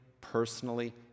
personally